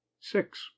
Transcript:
six